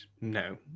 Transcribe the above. no